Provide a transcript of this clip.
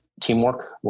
teamwork